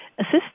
assist